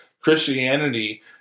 Christianity